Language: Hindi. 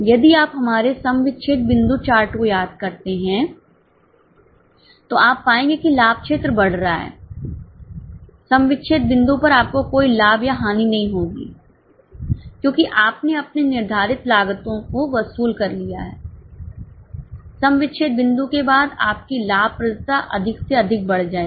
यदि आप हमारे सम विच्छेद बिंदु चार्ट को याद करते हैं तो आप पाएंगे कि लाभ क्षेत्र बढ़ रहा है सम विच्छेद बिंदु पर आपको कोई लाभ या हानि नहीं होगी क्योंकि आपने अपनी निर्धारित लागतों को वसूल कर लिया है सम विच्छेद बिंदु के बाद आपकी लाभप्रदता अधिक से अधिक बढ़ जाएगी